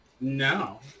No